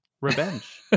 Revenge